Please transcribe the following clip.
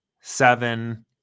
Seven